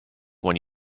when